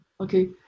Okay